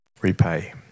repay